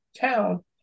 town